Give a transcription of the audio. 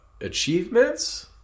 achievements